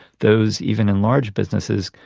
those even in large businesses,